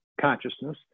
consciousness